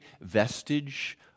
vestige